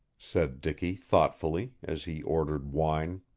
said dicky thoughtfully, as he ordered wine.